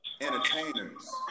entertainers